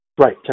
right